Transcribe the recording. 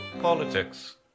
politics